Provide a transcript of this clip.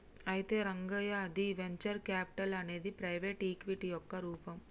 అయితే రంగయ్య ది venture capital అనేది ప్రైవేటు ఈక్విటీ యొక్క రూపం